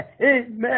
AMEN